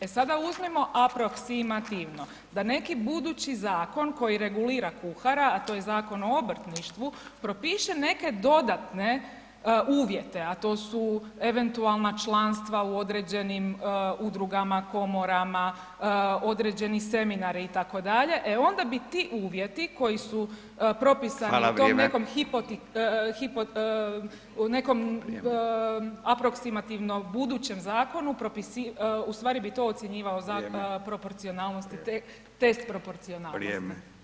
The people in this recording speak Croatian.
E sada uzmimo aproksimativno da neki budući zakon koji regulira kuhara, a to je Zakon o obrtništvu propiše neke dodatne uvjete, …./. …a to su eventualna članstva u određenim udrugama, komorama, određeni seminari itd., e onda bi ti uvjeti koji su propisani [[Upadica: Hvala, vrijeme]] tom nekom hipo, hipo, u nekom aproksimativno budućem zakonu, u stvari bi to ocjenjivao proporcionalosti, test proporcionalnosti.